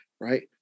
right